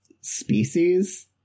species